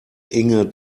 inge